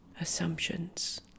assumptions